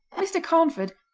mr. carnford,